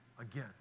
again